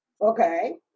okay